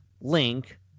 Link